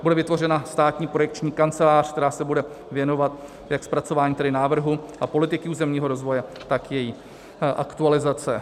Bude vytvořena státní projekční kancelář, která se bude věnovat jak zpracování tedy návrhu a politik územního rozvoje, tak její aktualizace.